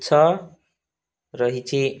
ଉତ୍ସ ରହିଛି